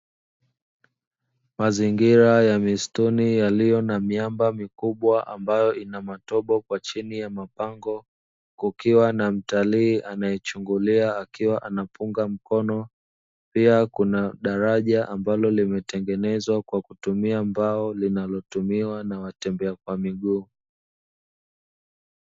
Mazingira ya msituni yalio na miamba mikubwa ambayo inamatobo cheni ya mapango, kukiwa na mtalii anayechungulia akiwa nanapunga mkono pia kuna daraja ambalo limetengenezwa kwa kutumia mbao linalotumiwa kwa watembea kwa miguu.